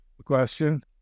question